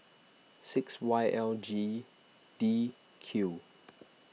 six Y L G D Q